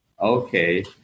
Okay